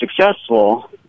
successful